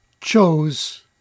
chose